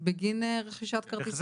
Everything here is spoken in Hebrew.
בגין רכישת כרטיס